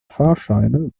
fahrscheine